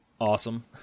awesome